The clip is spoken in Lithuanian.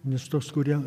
nes tuos kurie